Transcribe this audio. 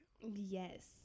yes